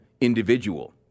individual